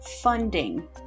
Funding